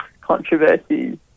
controversies